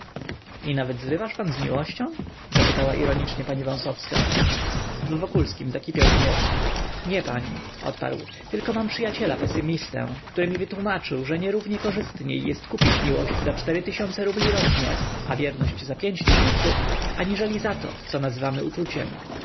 i nawet zrywasz pan z miłością zapytała ironicznie pani wąsowska w wokulskim zakipiał gniew nie pani odparł tylko mam przyjaciela pesymistę który mi wytłómaczył że nierównie korzystniej jest kupić miłość za cztery tysiące rubli rocznie a wierność za pięć tysięcy aniżeli za to co nazywamy uczuciem